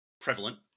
prevalent